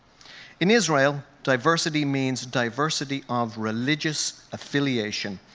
in israel, diversity means diversity of religious affiliation.